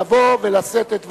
לבוא ולשאת את דבריו.